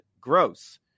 gross